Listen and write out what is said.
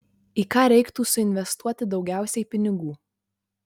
į ką reiktų suinvestuoti daugiausiai pinigų